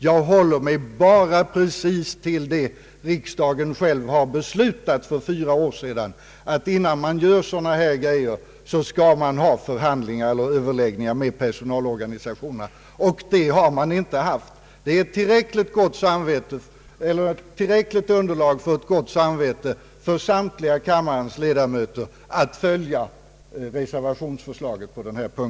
Jag håller mig bara till det riksdagen själv har beslutat för fyra år sedan, att innan man gör sådana här saker skall man ha överläggningar med personalorganisationerna, och så har inte skett i detta fall. Det är tillräckligt underlag — samtliga kammarens ledamöter kan med gott samvete följa reservationens förslag på denna punkt.